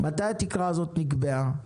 מתי התקרה הזאת נקבעה?